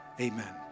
amen